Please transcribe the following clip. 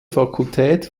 fakultät